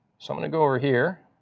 so i'm going to go over here.